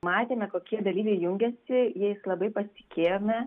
matėme kokie dalyviai jungiasi jais labai pasitikėjome